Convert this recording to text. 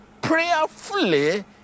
prayerfully